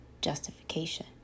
justification